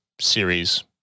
series